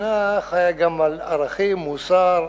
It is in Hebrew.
מדינה חיה גם על ערכים, מוסר,